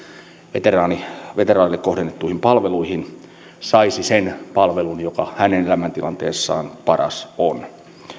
veteraaneille kohdennettuihin palveluihin saisi sen palvelun joka hänen elämäntilanteessaan paras on